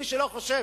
מי שלא חושב